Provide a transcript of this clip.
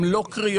הן לא קריאות,